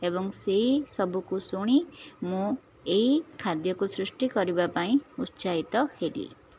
ଏବଂ ସେହି ସବୁକୁ ଶୁଣି ମୁଁ ଏଇ ଖାଦ୍ୟକୁ ସୃଷ୍ଟି କରିବା ପାଇଁ ଉତ୍ସାହିତ ହେଲି